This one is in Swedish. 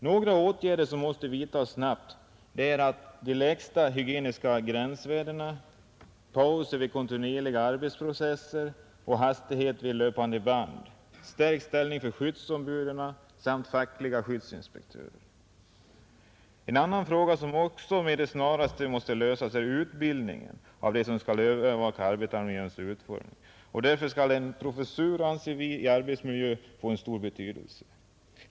Några åtgärder som måste vidtas snabbt är att åstadkomma lägre hygieniska gränsvärden, pauser vid kontinuerliga arbetsprocesser, minskning av hastigheten vid löpande band, stärkt ställning för skyddsombuden och fackliga skyddsinspektörer. En annan fråga som också med det snaraste måste lösas är utbildningen av dem som skall övervaka arbetsmiljöns utformning, och därför skulle, anser vi, en professur i arbetsmiljö ha stor betydelse.